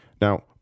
Now